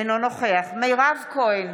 אינו נוכח מירב כהן,